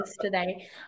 today